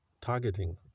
targeting